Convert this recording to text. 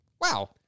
wow